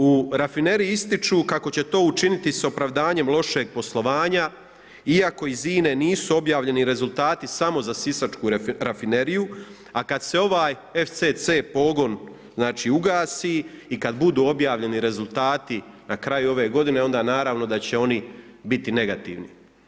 U rafineriji ističu kako će to učiniti opravdanjem lošeg poslovanja iako iz INA-e nisu objavljeni rezultati samo za sisačku rafineriju a kad se ovaj FCC pogon ugasi i kad budu objavljeni rezultati na kraju ove godine onda naravno da će oni biti negativni.